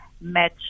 match